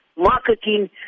marketing